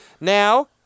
Now